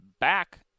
back